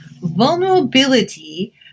Vulnerability